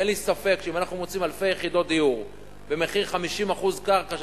אין לי ספק שאם אנחנו מוציאים אלפי יחידות דיור במחיר 50% קרקע,